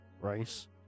rice